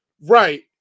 Right